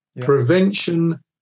Prevention